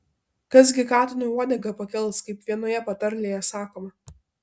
kas gi katinui uodegą pakels kaip vienoje patarlėje sakoma